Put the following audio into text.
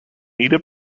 anita